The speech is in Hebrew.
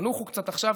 תנוחו קצת עכשיו,